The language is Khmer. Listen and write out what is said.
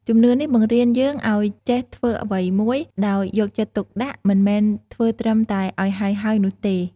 ជំនឿនេះបង្រៀនយើងឱ្យចេះធ្វើអ្វីមួយដោយយកចិត្តទុកដាក់ មិនមែនធ្វើត្រឹមតែឱ្យហើយៗនោះទេ។